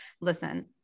listen